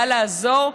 בא לעזור.